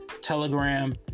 Telegram